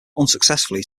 unsuccessfully